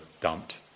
dumped